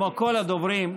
כמו כל הדוברים,